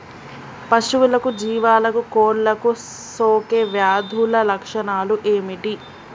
పశువులకు జీవాలకు కోళ్ళకు సోకే వ్యాధుల లక్షణాలు ఏమిటి?